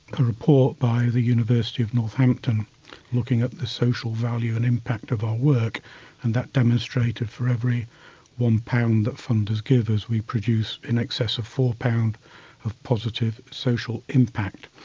a report by the university of northampton looking at the social value and impact of our work and that demonstrated for every one pounds that funders give us we produce in excess of four pounds of positive social impact.